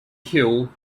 hill